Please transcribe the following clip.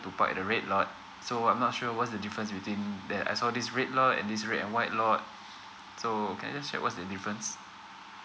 to park at the red lot so I'm not sure what's the difference between mm that I saw this red lot and this red and white lot so can I just check what's the difference